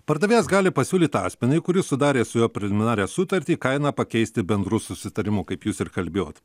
pardavėjas gali pasiūlyt asmeniui kuris sudarė su juo preliminarią sutartį kainą pakeisti bendru susitarimu kaip jūs ir kalbėjot